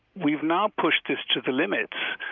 we've now pushed this to the limits.